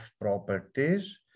properties